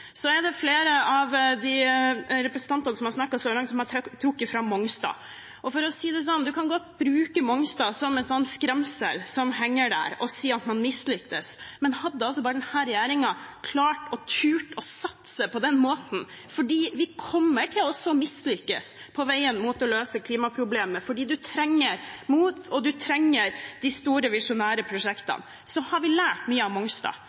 så stort behov for å få på plass klimafangst og lykkes med disse prosjektene. Flere av representantene som har snakket så langt, har trukket fram Mongstad. Man kan godt bruke Mongstad som et skremsel som henger der, og si at man mislyktes. Men hadde denne regjeringen bare klart og turt å satse på den måten – vi kommer til å mislykkes på veien mot å løse klimaproblemet, for man trenger mot, og man trenger de store visjonære prosjektene – så hadde vi lært mye av Mongstad.